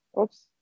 Oops